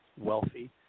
wealthy